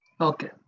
Okay